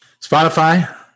Spotify